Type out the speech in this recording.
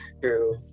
True